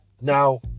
Now